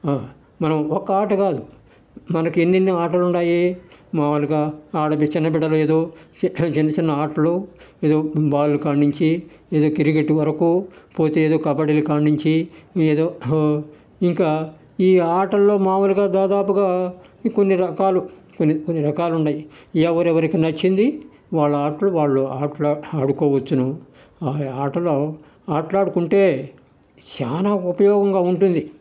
మనం ఒక్క ఆట కాదు మనకు ఎన్నెన్ని ఆటలు ఉన్నాయి మామూలుగా చిన్న బిడ్డలు ఏదో చిన్న చిన్న ఆటలు ఏదో బావిల కాడ నుంచి ఏదో క్రికెట్ వరకు పోతే కబడి కాడ నుంచి ఏదో ఇంకా ఈ ఆటలో మామూలుగా దాదాపుగా కొన్ని రకాలు కొన్ని కొన్ని రకాలు ఉన్నాయి ఎవరెవరికి నచ్చింది వాళ్ల ఆటలు వాళ్లు ఆటలు ఆడుకోవచ్చును ఆ ఆటలు ఆట లాడుకుంటే చాలా ఉపయోగంగా ఉంటుంది